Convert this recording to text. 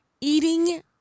eating